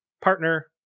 partner